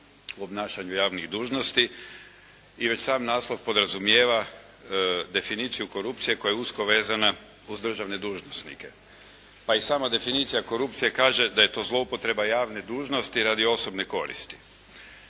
u obnašanju javnih dužnosti i već sam naslov podrazumijeva definiciju korupcije koja je usko vezana uz državne dužnosnike. Pa i sama definicija korupcija kaže da je to zloupotreba javne dužnosti radi osobne koristi.